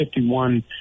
51